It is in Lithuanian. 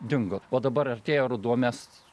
dingo o dabar artėja ruduo mes